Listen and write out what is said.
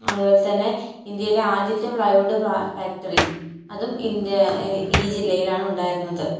അതുപോലെ തന്നെ ഇന്ത്യയിലെ ആദ്യത്തെ പ്ലൈവുഡ് ഫാക്ടറി അതും ഇന്ത്യ ഈ ജില്ലായിലാണ് ഉണ്ടായിരുന്നത്